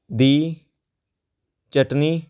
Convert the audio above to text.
ਦੀ ਚਟਨੀ